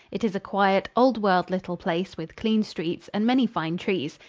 it is a quiet, old-world little place with clean streets and many fine trees.